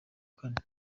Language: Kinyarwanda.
kane